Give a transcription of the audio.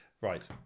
Right